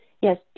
Yes